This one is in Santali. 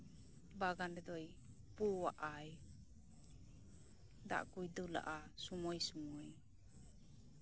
ᱵᱟᱜᱟᱱ ᱨᱮᱫᱚᱭ ᱯᱳᱣᱟᱜᱼᱟᱭ ᱫᱟᱜ ᱠᱚᱭ ᱫᱩᱞᱟᱜᱼᱟ ᱥᱚᱢᱚᱭ ᱥᱚᱢᱚᱭ